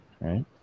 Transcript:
right